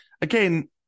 again